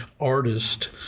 artist